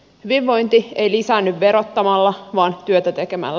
hyvinvointi ei lisäänny verottamalla vaan työtä tekemällä